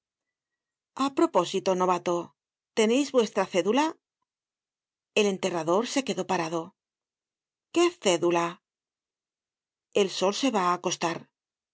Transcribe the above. a propósito novato teneis vuestra cédula el enterrador se quedó parado qué cédula el sol se va á acostar